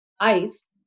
ICE